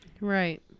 Right